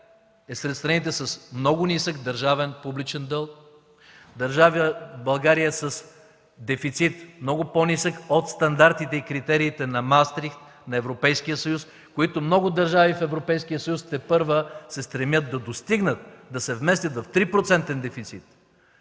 е сред страните с много нисък държавен публичен дълг, България е с дефицит много по-нисък от стандартите и критериите на Маастрихт на Европейския съюз, които много държави в Европейския съюз тепърва се стремят да достигнат, да се вместят в 3-процентен